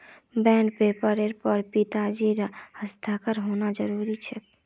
bond पेपरेर पर पिताजीर हस्ताक्षर होना जरूरी छेक